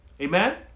Amen